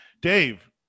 Dave